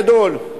גדול.